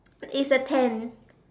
it's a tent